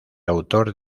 autor